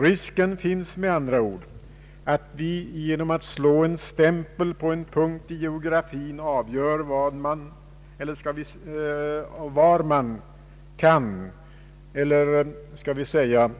Risken finns med andra ord att vi genom att sätta en stämpel på en punkt i geografin där man kan — eller skall vi säga